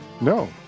no